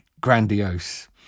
grandiose